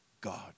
God